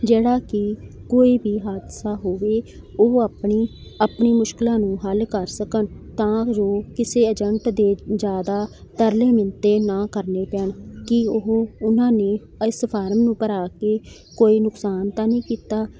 ਜਿਹੜਾ ਕਿ ਕੋਈ ਵੀ ਹਾਦਸਾ ਹੋਵੇ ਉਹ ਆਪਣੀ ਆਪਣੀ ਮੁਸ਼ਕਲਾਂ ਨੂੰ ਹੱਲ ਕਰ ਸਕਣ ਤਾਂ ਜੋ ਕਿਸੇ ਏਜੰਟ ਦੇ ਜ਼ਿਆਦਾ ਤਰਲੇ ਮਿੰਨਤਾਂ ਨਾ ਕਰਨੇ ਪੈਣ ਕਿ ਉਹ ਉਹਨਾਂ ਨੇ ਇਸ ਫਾਰਮ ਨੂੰ ਭਰਾ ਕੇ ਕੋਈ ਨੁਕਸਾਨ ਤਾਂ ਨਹੀਂ ਕੀਤਾ